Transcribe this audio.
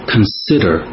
Consider